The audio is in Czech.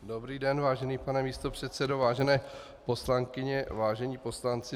Dobrý den vážený pane místopředsedo, vážené poslankyně, vážení poslanci.